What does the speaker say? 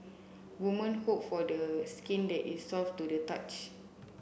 woman hope for the skin that is soft to the touch